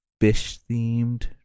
fish-themed